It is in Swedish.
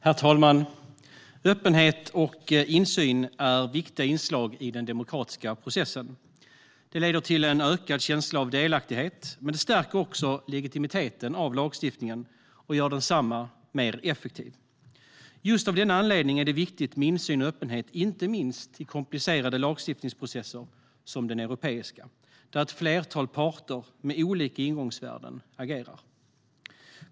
Herr talman! Öppenhet och insyn är viktiga inslag i den demokratiska processen. Det leder till ökad känsla av delaktighet men stärker också legitimiteten av lagstiftningen och gör densamma mer effektiv. Just av denna anledning är det viktigt med insyn och öppenhet, inte minst i komplicerade lagstiftningsprocesser som den europeiska där ett flertal parter med olika ingångsvärden agerar.